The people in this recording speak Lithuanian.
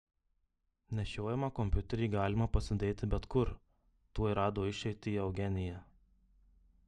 nešiojamą kompiuterį galima pasidėti bet kur tuoj rado išeitį eugenija